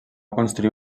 construir